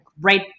great